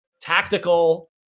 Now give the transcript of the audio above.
tactical